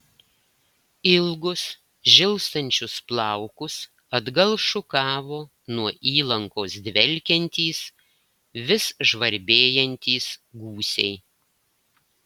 ilgus žilstančius plaukus atgal šukavo nuo įlankos dvelkiantys vis žvarbėjantys gūsiai